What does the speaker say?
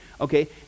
okay